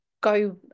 go